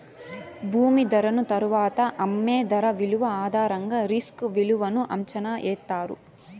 భూమి ధరను తరువాత అమ్మే ధర విలువ ఆధారంగా రిస్క్ విలువను అంచనా ఎత్తారు